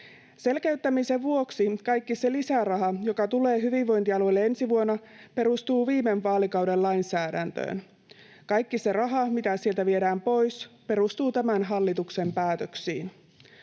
Selkeyttämisen vuoksi kaikki se lisäraha, joka tulee hyvinvointialueille ensi vuonna, perustuu viime vaalikauden lainsäädäntöön. Kaikki se raha, mitä sieltä viedään pois, perustuu tämän hallituksen päätöksiin.